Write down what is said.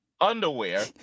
underwear